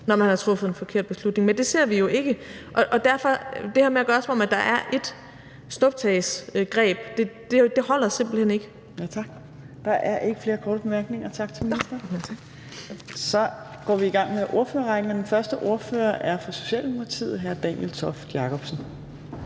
når man har truffet en forkert beslutning, men det ser vi jo ikke. Så det her med at lade, som om der er ét snuptagsgreb, holder simpelt hen ikke. Kl. 18:42 Fjerde næstformand (Trine Torp): Tak. Der er ikke flere korte bemærkninger. Tak til ministeren. Så går vi i gang med ordførerrækken, og den første ordfører er fra Socialdemokratiet, og det er Hr. Daniel Toft Jakobsen.